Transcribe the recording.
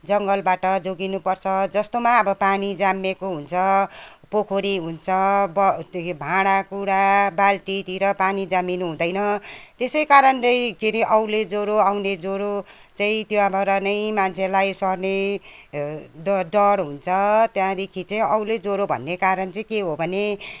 जङ्गलबाट जोगिनुपर्छ जस्तोमा अब पानी जमिएको हुन्छ पोखरी हुन्छ भाँडाकुँडा बाल्टीतिर पानी जमिनु हुँदैन त्यसै कारणले के अरे औले ज्वरो औले ज्वरो चाहिँ त्यहाँबाट नै मान्छेलाई सर्ने डर डर हुन्छ त्यहाँदेखि चाहिँ औले ज्वरो भन्ने कारण चाहिँ के हो भने